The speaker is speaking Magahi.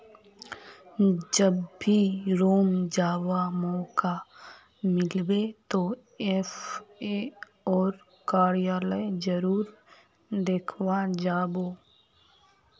जब भी रोम जावा मौका मिलबे तो एफ ए ओ कार्यालय जरूर देखवा जा बो